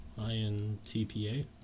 INTPA